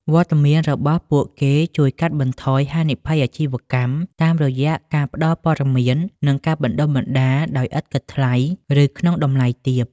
វត្តមានរបស់ពួកគេជួយកាត់បន្ថយ "ហានិភ័យអាជីវកម្ម" តាមរយៈការផ្ដល់ព័ត៌មាន និងការបណ្ដុះបណ្ដាលដោយឥតគិតថ្លៃ ឬក្នុងតម្លៃទាប។